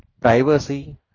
privacy